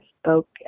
spoke